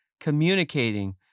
communicating